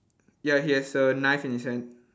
ya he has a knife in his hand